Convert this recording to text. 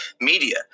media